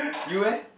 you eh